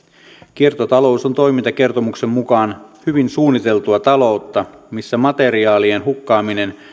kiertotalous on toimintakertomuksen mukaan hyvin suunniteltua taloutta missä materiaalien hukkaaminen